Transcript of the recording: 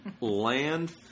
Land